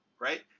right